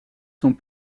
sont